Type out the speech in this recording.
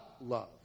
love